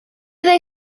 they